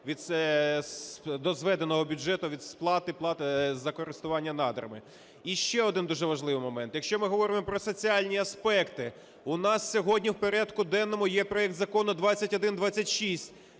до зведеного бюджету від сплати за користування надрами. І ще один дуже важливий момент. Якщо ми говоримо про соціальні аспекти, у нас сьогодні в порядку денному є проект Закону 2126,